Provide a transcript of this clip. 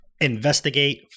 investigate